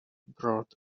brought